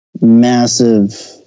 massive